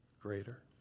greater